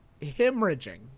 hemorrhaging